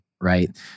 right